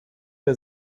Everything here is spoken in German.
der